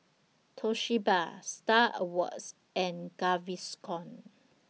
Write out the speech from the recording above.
Toshiba STAR Awards and Gaviscon